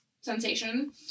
sensation